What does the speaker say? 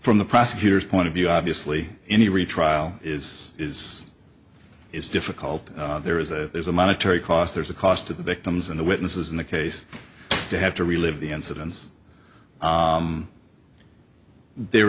from the prosecutor's point of view obviously any real trial is is is difficult there is a there's a monetary cost there's a cost to the victims and the witnesses in the case to have to relive the incidents there